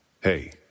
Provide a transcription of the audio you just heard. Hey